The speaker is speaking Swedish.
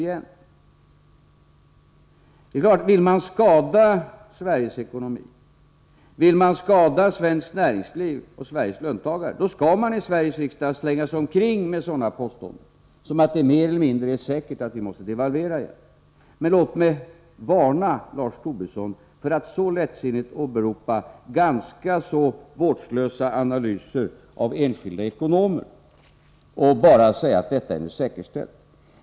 Det är klart: om man vill skada Sveriges ekonomi, svenskt näringsliv och Sveriges löntagare, då skall man i Sveriges riksdag slänga omkring sig sådana påståenden som att det är mer eller mindre säkert att Sverige måste devalvera igen. Men låt mig varna Lars Tobisson för att så lättsinnigt åberopa ganska vårdslösa analyser av enskilda ekonomer och bara säga att förhållandena är säkerställda.